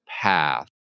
path